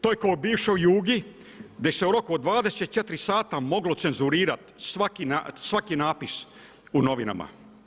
To je ko u bivšoj Jugi gdje se u roku od 24 sata moglo cenzurirati svaki natpis u novinama.